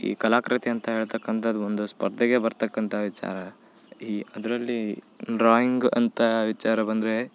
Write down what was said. ಈ ಕಲಾಕೃತಿ ಅಂತ ಹೇಳ್ತಕ್ಕಂಥದ್ದು ಒಂದು ಸ್ಪರ್ಧೆಗೆ ಬರತಕ್ಕಂಥ ವಿಚಾರ ಈ ಅದರಲ್ಲಿ ಡ್ರಾಯಿಂಗ್ ಅಂತ ವಿಚಾರ ಬಂದರೆ